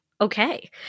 Okay